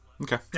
okay